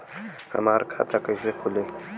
हमार खाता कईसे खुली?